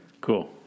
Cool